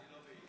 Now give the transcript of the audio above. אין בעיה.